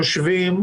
יושבים,